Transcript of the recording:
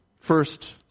first